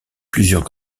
plusieurs